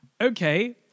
okay